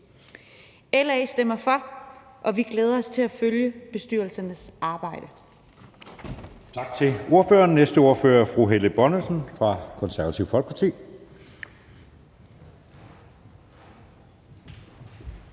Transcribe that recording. LA stemmer for, og vi glæder os til at følge bestyrelsernes arbejde.